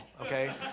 okay